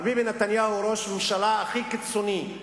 נו, באמת.